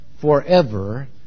forever